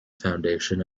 foundation